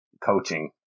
coaching